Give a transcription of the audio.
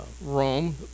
Rome